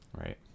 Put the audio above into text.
Right